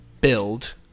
build